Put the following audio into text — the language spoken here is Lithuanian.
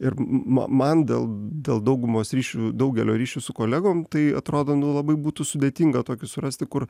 ir man dėl dėl daugumos ryšių daugelio ryšių su kolegom tai atrodo labai būtų sudėtinga tokį surasti kur